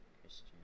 Christian